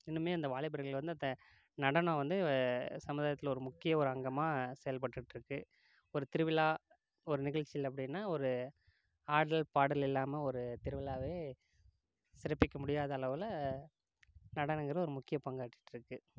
இன்னமும் அந்த வாலிபர்கள் வந்து நடனம் வந்து சமூதாயத்தில் ஒரு முக்கிய ஒரு அங்கமாக செயல்பட்டுட்டுருக்கு ஒரு திருவிழா ஒரு நிகழ்ச்சிகள் அப்படின்னா ஒரு ஆடல் பாடல் இல்லாமல் ஒரு திருவிழாவையே சிறப்பிக்க முடியாத அளவில் நடனங்கிறது ஒரு முக்கிய பங்காற்றிட்டுருக்கு